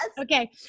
Okay